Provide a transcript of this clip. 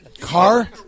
Car